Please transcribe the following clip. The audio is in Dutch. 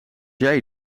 jij